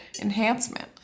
enhancement